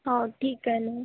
हो ठीक आहे ना